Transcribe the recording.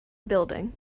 building